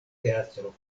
teatro